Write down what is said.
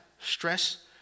stress